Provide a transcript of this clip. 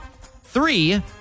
three